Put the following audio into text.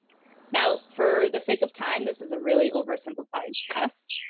now, for the sake of time, this is a really over-simplified test,